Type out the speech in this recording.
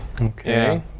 Okay